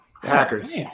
Hackers